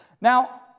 Now